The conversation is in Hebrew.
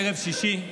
ערב שישי,